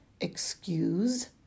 excuse